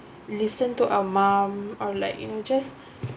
listen to our mom or like we'll just